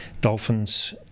dolphins